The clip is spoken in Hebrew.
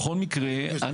בכל מקרה,